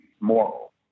moral